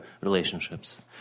relationships